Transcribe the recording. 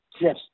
Yes